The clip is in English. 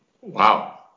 Wow